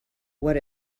what